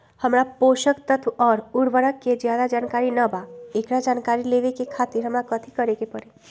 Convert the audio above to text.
हमरा पोषक तत्व और उर्वरक के ज्यादा जानकारी ना बा एकरा जानकारी लेवे के खातिर हमरा कथी करे के पड़ी?